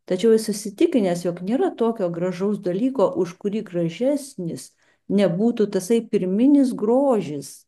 tačiau jis įsitikinęs jog nėra tokio gražaus dalyko už kurį gražesnis nebūtų tasai pirminis grožis